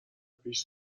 پیش